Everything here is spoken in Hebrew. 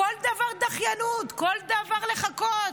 בכל דבר דחיינות, בכל דבר לחכות.